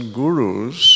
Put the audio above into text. gurus